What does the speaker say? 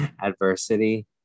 adversity